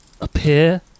appear